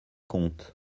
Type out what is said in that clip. compte